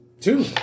Two